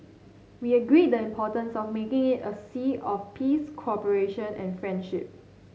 we agreed the importance of making it a sea of peace cooperation and friendship